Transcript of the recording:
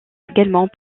également